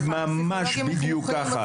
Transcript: זה ממש בדיוק כך.